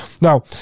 now